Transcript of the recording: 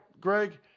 Greg